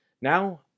Now